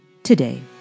today